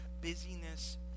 busyness